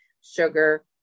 Sugar